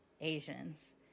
Asians